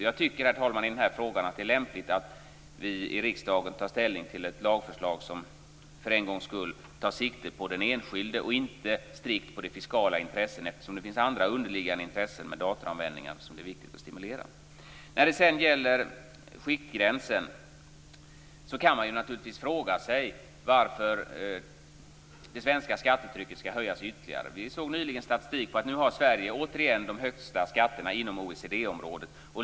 I den här frågan tycker jag att det är lämpligt att vi i riksdagen tar ställning till ett lagförslag som för en gångs skull tar sikte på den enskilde och inte strikt på fiskala intressen, eftersom det finns andra underliggande intressen med datoranvändningen som det är viktigt att stimulera. När det sedan gäller skiktgränsen kan man naturligtvis fråga sig varför det svenska skattetrycket skall höjas ytterligare. Vi har nyligen sett statistik på att Sverige återigen har de högsta skatterna inom OECD området.